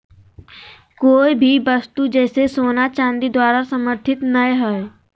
कोय भी वस्तु जैसे सोना चांदी द्वारा समर्थित नय हइ